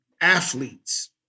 athletes